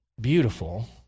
beautiful